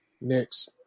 Next